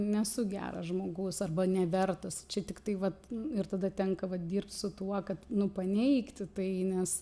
nesu geras žmogus arba nevertas čia tiktai vat ir tada tenka vat dirbt su tuo kad nu paneigti tai nes